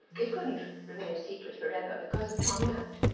it couldn't remain a secret forever because of tom nowt.